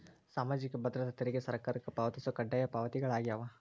ಸಾಮಾಜಿಕ ಭದ್ರತಾ ತೆರಿಗೆ ಸರ್ಕಾರಕ್ಕ ಪಾವತಿಸೊ ಕಡ್ಡಾಯ ಪಾವತಿಗಳಾಗ್ಯಾವ